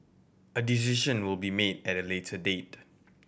a decision will be made at a later date